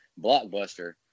Blockbuster